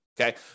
okay